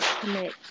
commit